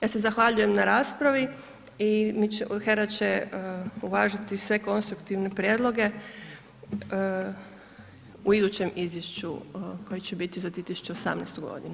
Ja se zahvaljujem na raspravi i HERA će uvažiti sve konstruktivne prijedloge u idućem izvješću koje će biti za 2018. godinu.